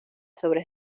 sobre